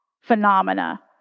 phenomena